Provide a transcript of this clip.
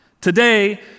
today